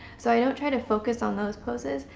so i don't try to focus on those poses.